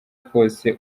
kose